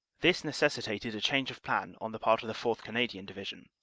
this necessitated a change of plan on the part of the fourth. canadian division,